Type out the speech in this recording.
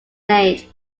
age